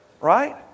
Right